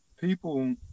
people